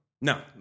No